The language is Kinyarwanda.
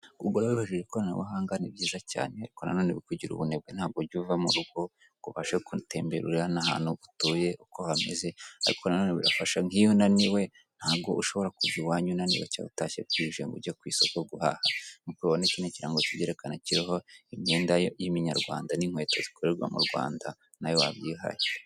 Ubwo wibajije ikoranabuhanga ni byiza cyane kuko nanone ukugira ubunebwe ntabwo ujya uva mu rugo ngo ubashe kutemberera n'ahantu dutuye uko hameze ariko nanone birafasha niyo unaniwe ntabwo ushobora kuva iwanyu unaniwe cyangwa utashye bwije ngo ujye ku isoko guhaha. Nkuko ubibone iki ni ikirango kerekana imyenda y'iminyarwanda n'inkweto zikorerwa mu rwanda nawe wabyihangira